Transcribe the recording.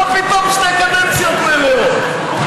מה פתאום שתי קדנציות מלאות?